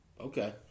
Okay